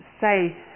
say